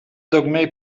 دکمه